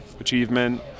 achievement